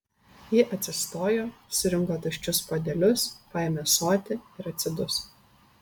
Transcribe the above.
ji atsistojo surinko tuščius puodelius paėmė ąsotį ir atsiduso